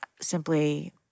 simply